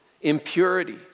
impurity